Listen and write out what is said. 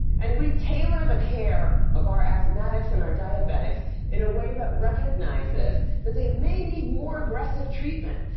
and we tailor the care of our asthmatics and our diabetics in a way that recognizes that they may need more aggressive treatment,